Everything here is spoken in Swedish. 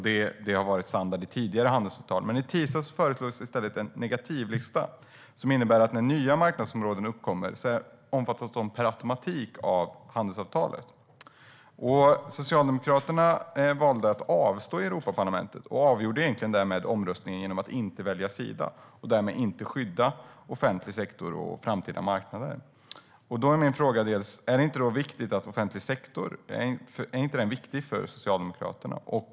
Detta har varit standard i tidigare handelsavtal, men i tisdags föreslogs i stället en negativ lista som innebär att när nya marknadsområden uppkommer så omfattas de per automatik av handelsavtalet. Socialdemokraterna valde att avstå i Europaparlamentet och avgjorde egentligen därmed omröstningen genom att inte välja sida och därmed inte skydda offentlig sektor och framtida marknader. Jag vill därför fråga: Är den offentliga sektorn inte viktig för Socialdemokraterna?